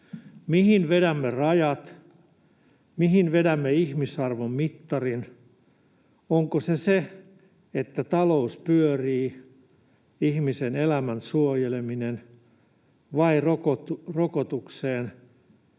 Mihin vedämme rajat? Mihin vedämme ihmisarvon mittarin? Onko se sitä, että talous pyörii, onko se ihmisen elämän suojelemista — vai ihmisen